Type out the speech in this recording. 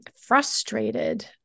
frustrated